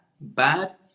Bad